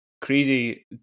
crazy